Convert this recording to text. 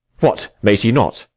what may she not?